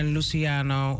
Luciano